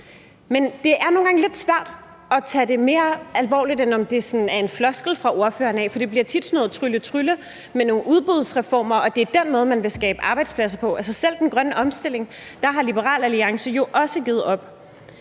Men det er nogle gange lidt svært at tage det mere alvorligt eller vide, om det er en floskel fra ordføreren. For det bliver tit sådan noget trylle-trylle med nogle udbudsreformer, som er den måde, man vil skabe arbejdspladser på. Altså, selv over for den grønne omstilling har Liberal Alliance jo også givet op.